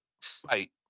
Fight